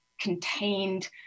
contained